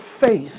faith